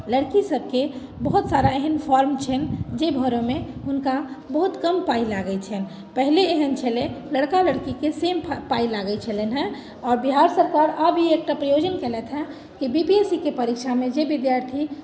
लड़की सबके बहुत सारा एहन फॉर्म छनि जे भरैमे हुनका बहुत कम पाइ लागै छनि पहिले एहन छलै लड़का लड़कीके सेम पाइ लागै छलनि हँ आओर बिहार सरकार आब ई एकटा प्रयोजन कयलथि हँ की बी पी एस सी के परीक्षामे जे विद्यार्थी